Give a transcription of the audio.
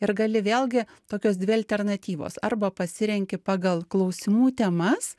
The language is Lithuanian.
ir gali vėlgi tokios dvi alternatyvos arba pasirenki pagal klausimų temas